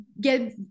get